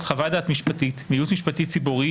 חוות-דעת משפטית מייעוץ משפטי ציבורי,